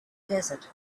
desert